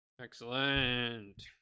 Excellent